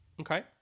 Okay